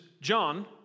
John